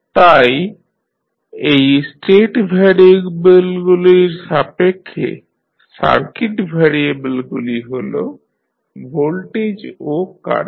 তাই এই স্টেট ভ্যারিয়েবলগুলির সাপেক্ষে সার্কিট ভ্যারিয়েবলগুলি হল ভোল্টেজ ও কারেন্ট